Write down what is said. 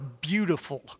beautiful